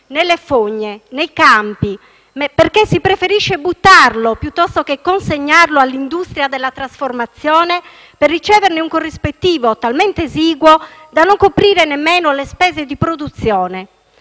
nelle fogne e nei campi, perché si preferisce buttarlo piuttosto che consegnarlo all'industria della trasformazione per riceverne un corrispettivo talmente esiguo da non coprire nemmeno le spese di produzione.